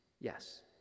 Yes